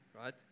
right